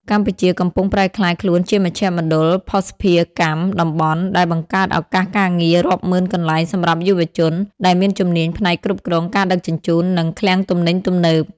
កម្ពុជាកំពុងប្រែក្លាយខ្លួនជាមជ្ឈមណ្ឌលភស្តុភារកម្មតំបន់ ដែលបង្កើតឱកាសការងាររាប់ម៉ឺនកន្លែងសម្រាប់យុវជនដែលមានជំនាញផ្នែកគ្រប់គ្រងការដឹកជញ្ជូន និងឃ្លាំងទំនិញទំនើប។